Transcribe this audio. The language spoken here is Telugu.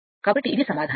కాబట్టి ఇది సమాధానం